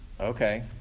okay